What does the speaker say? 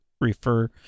refer